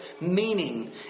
meaning